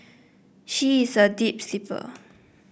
she is a deep sleeper